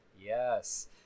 Yes